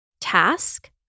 task